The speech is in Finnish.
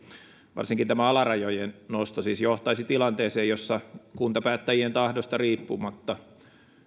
varsinkin tämä alarajojen nosto johtaisi tilanteeseen jossa kuntapäättäjien tahdosta riippumatta